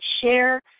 share